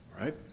Right